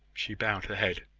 she bowed her head.